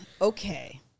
okay